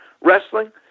wrestling